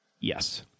Yes